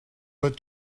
but